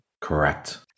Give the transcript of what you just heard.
Correct